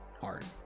hard